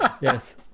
Yes